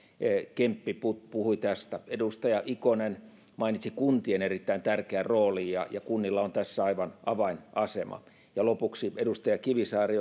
kemppi puhui puhui tästä edustaja ikonen mainitsi kuntien erittäin tärkeän roolin kunnilla on tässä aivan avainasema ja lopuksi edustaja kivisaari